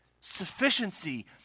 sufficiency